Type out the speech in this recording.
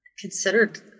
considered